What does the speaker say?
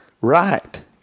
Right